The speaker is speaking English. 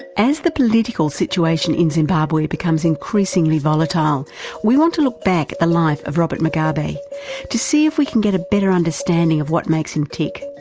as the political situation in zimbabwe becomes increasingly volatile we want to look back on the life of robert mugabe to see if we can get a better understanding of what makes him tick.